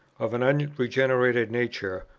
of an unregenerate nature,